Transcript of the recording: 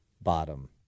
bottom